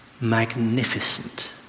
magnificent